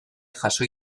jaso